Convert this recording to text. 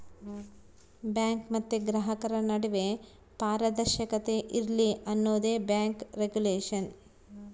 bank ಮತ್ತೆ ಗ್ರಾಹಕರ ನಡುವೆ ಪಾರದರ್ಶಕತೆ ಇರ್ಲಿ ಅನ್ನೋದೇ ಬ್ಯಾಂಕ್ ರಿಗುಲೇಷನ್